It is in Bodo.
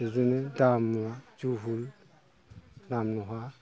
बिदिनो दामुवा जुहुल दामुहा